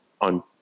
on